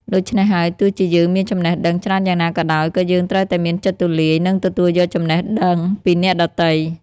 ដូច្នេះហើយ ទោះជាយើងមានចំណេះដឹងច្រើនយ៉ាងណាក៏ដោយ ក៏យើងត្រូវតែមានចិត្តទូលាយ និងទទួលយកចំណេះដឹងពីអ្នកដទៃ។